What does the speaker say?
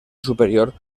superior